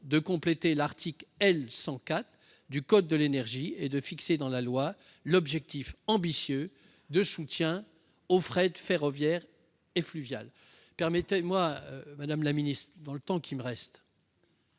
de compléter l'article L. 100-4 du code de l'énergie et de fixer dans la loi cet objectif ambitieux de soutien au fret ferroviaire et fluvial. Permettez-moi, madame la ministre, de vous dire